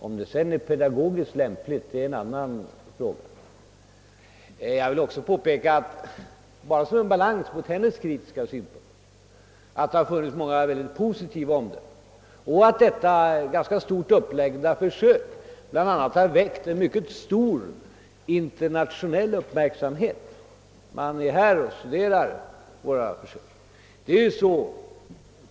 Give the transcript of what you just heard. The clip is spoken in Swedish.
Om systemet sedan är pedagogiskt lämpligt är en annan fråga. För att sedan skapa litet balans mot fru Sundbergs kritiska synpunkter vill jag påpeka att det också har avgivits många positiva omdömen. Detta mycket stort upplagda försök har t.ex. väckt stor internationell uppmärksamhet, och många utlänningar kommer hit för att studera det.